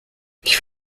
ich